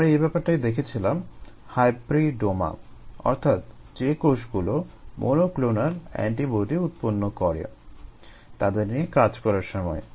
আমরা এ ব্যাপারটাই দেখেছিলাম হাইব্রিডোমা অর্থাৎ যে কোষগুলো মনোক্লোনাল এন্টিবডি উৎপন্ন করে তাদের নিয়ে কাজ করার সময়ে